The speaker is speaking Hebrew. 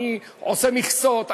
אני עושה מכסות,